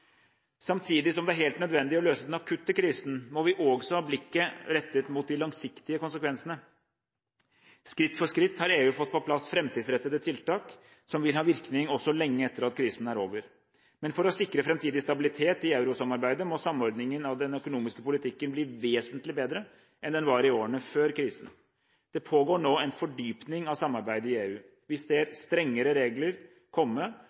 Samtidig som det er helt nødvendig å løse den akutte krisen, må vi også ha blikket rettet mot de langsiktige konsekvensene. Skritt for skritt har EU fått på plass framtidsrettede tiltak, som vil ha virkning også lenge etter at krisen er over. Men for å sikre framtidig stabilitet i eurosamarbeidet må samordningen av den økonomiske politikken bli vesentlig bedre enn den var i årene før krisen. Det pågår nå en fordypning av samarbeidet i EU. Vi ser strengere regler komme